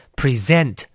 present